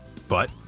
but,